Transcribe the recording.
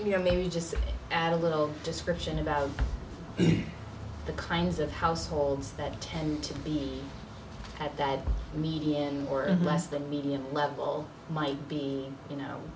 you know maybe just add a little description about the kinds of households that tend to be have died median or less the median level might be you know